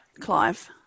Clive